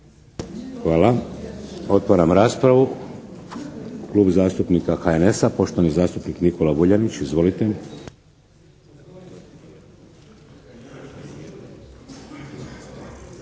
Hvala. Otvaram raspravu. Klub zastupnika HNS-a, poštovani zastupnik Nikola Vuljanić. Izvolite!